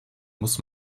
muss